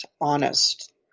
honest